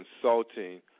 consulting